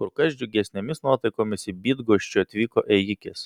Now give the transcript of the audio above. kur kas džiugesnėmis nuotaikomis į bydgoščių atvyko ėjikės